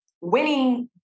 winning